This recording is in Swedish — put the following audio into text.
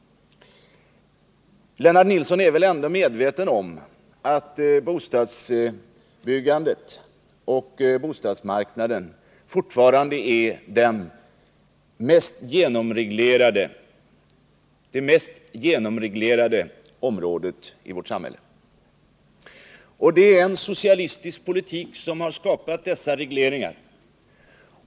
Lennart Nilsson är väl ändå medveten om att bostadsbyggandet och bostadsmarknaden fortfarande är det mest genomreglerade området i vårt samhälle. Det är en socialistisk politik som har skapat dessa regleringar!